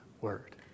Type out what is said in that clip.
word